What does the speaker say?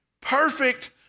perfect